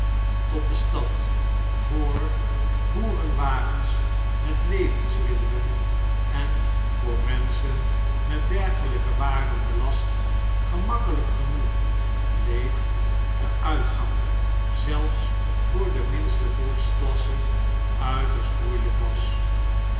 tot de stad voor boerenwagens met levensmiddelen en voor menschen met dergelijke waren belast gemakkeljjk genoeg bleef de uitgang zelfs voor de minste volksklasse uiterst moeielp was